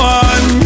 one